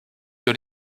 sur